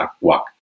walk